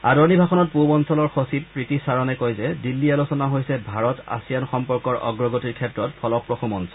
আদৰণি ভাষণত পূব অঞ্চলৰ সচিব প্ৰীতি চাৰণে কয় যে দিল্লী আলোচনা হৈছে ভাৰত আছিয়ান সম্পৰ্কৰ অগ্ৰগতিৰ ক্ষেত্ৰত ফলপ্ৰসূ মঞ্চ